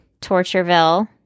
Tortureville